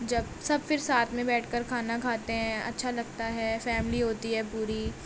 جب سب پھر ساتھ میں بیٹھ کر کھانا کھاتے ہیں اچھا لگتا ہے فیملی ہوتی ہے پوری